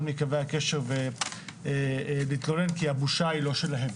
מקווי הקשר ולהתלונן כי הבושה היא לא שלהם,